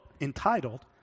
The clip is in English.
entitled